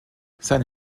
seine